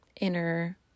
inner